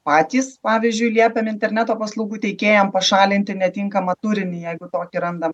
patys pavyzdžiui liepiam interneto paslaugų teikėjam pašalinti netinkamą turinį jeigu tokį randa